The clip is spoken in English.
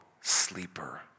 sleeper